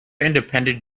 independent